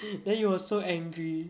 then he was so angry